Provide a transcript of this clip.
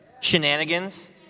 Shenanigans